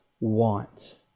want